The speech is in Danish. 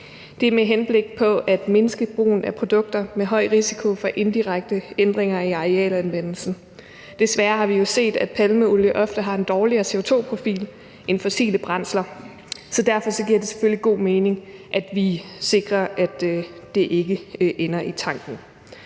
Det er med henblik på at mindske brugen af produkter med høj risiko for indirekte ændringer af arealanvendelsen. Desværre har vi jo set, at palmeolie ofte har en dårligere CO2-profil end fossile brændsler, så derfor giver det selvfølgelig god mening, at vi sikrer, at det ikke ender i tanken.